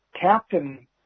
Captain